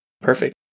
Perfect